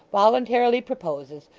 voluntarily proposes,